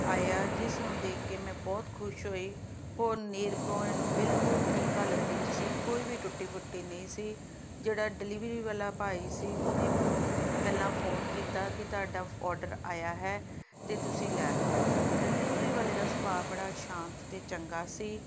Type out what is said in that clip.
ਆਇਆ ਜਿਸ ਨੂੰ ਦੇਖ ਕੇ ਮੈਂ ਬਹੁਤ ਖੁਸ਼ ਹੋਈ ਹੋਰ ਨੇਲ ਪੇਂਟ ਬਿਲਕੁਲ ਠੀਕ ਹਾਲਤ ਵਿੱਚ ਸੀ ਕੋਈ ਵੀ ਟੁੱਟੀ ਫੁੱਟੀ ਨਹੀਂ ਸੀ ਜਿਹੜਾ ਡਿਲੀਵਰੀ ਵਾਲਾ ਭਾਈ ਸੀ ਉਹਨੇ ਮੈਨੂੰ ਪਹਿਲਾਂ ਫੋਨ ਕੀਤਾ ਕਿ ਤੁਹਾਡਾ ਔਡਰ ਆਇਆ ਹੈ ਅਤੇ ਤੁਸੀਂ ਲੈ ਲਓ ਡਿਲੀਵਰੀ ਵਾਲੇ ਦਾ ਸੁਭਾਅ ਬੜਾ ਸ਼ਾਂਤ ਅਤੇ ਚੰਗਾ ਸੀ